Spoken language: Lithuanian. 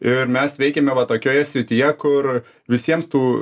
ir mes veikiame va tokioje srityje kur visiems tų